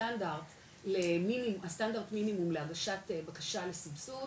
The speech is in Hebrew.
הסטנדרט מינימום להגשת בקשה לסבסוד,